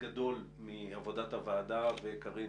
וחלק גדל מעבודת הוועדה וקארין,